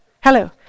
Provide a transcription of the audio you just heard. hello